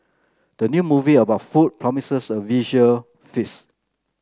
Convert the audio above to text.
the new movie about food promises a visual feast